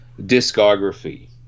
discography